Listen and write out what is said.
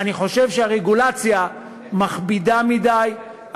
אני חושב שהרגולציה מכבידה מדי,